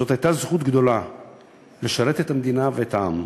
זאת הייתה זכות גדולה לשרת את המדינה ואת העם.